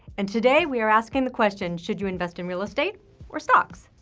and today, we are asking the question, should you invest in real estate or stocks?